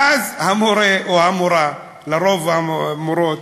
ואז המורה או המורָה, לרוב המורה,